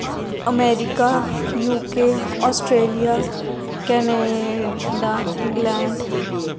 America UK Australia Canada England